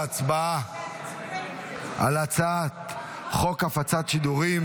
נעבור להצבעה על הצעת חוק הפצת שידורים